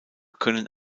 können